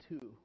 two